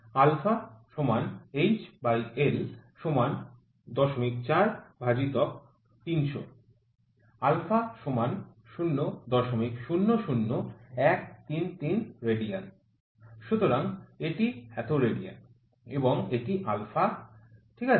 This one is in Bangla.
αhL০৪৩০০ α০০০১৩৩ রেডিয়ান সুতরাং এটি এত রেডিয়ান এবং এটি α ঠিক আছে